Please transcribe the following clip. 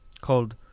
called